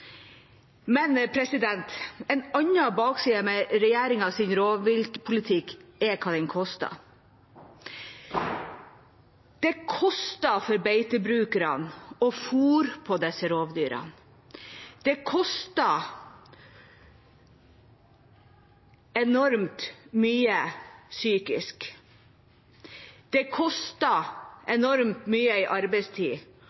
En annen ulempe med regjeringas rovviltpolitikk er hva den koster. Det koster for beitebrukere å fôre på disse rovdyra. Det koster enormt mye rent psykisk, det koster